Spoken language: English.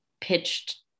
pitched